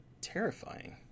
terrifying